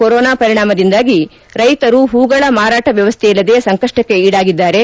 corona ಪರಿಣಾಮದಿಂದಾಗಿ ರೈತರು ಹೂಗಳ ಮಾರಾಟ ವ್ಯವಸ್ಥೆಯಿಲ್ಲದೆ ಸಂಕಷ್ಟಕೀಡಾಗಿದ್ದಾರೆ